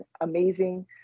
amazing